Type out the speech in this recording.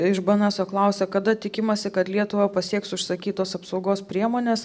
iš bnso klausia kada tikimasi kad lietuvą pasieks užsakytos apsaugos priemonės